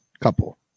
Couple